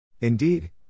Indeed